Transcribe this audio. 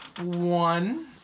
one